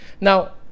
now